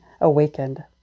awakened